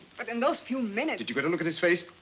but in those few minutes did you get a look at his face?